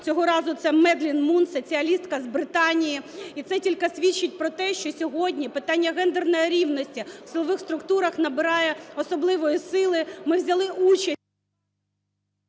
цього разу це Маделін Мун, соціалістка з Британії. І це тільки свідчить про те, що сьогодні питання гендерної рівності в силових структурах набирає особливої сили. Ми взяли участь…